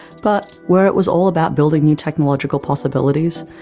but where it was all about building new technological possibilities,